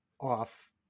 off